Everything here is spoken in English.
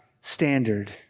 standard